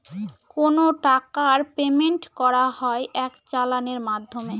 কোনো টাকার পেমেন্ট করা হয় এক চালানের মাধ্যমে